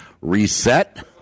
Reset